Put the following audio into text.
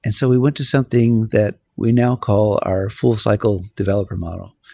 and so we went to something that we now call our full cycle developer model.